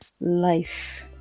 life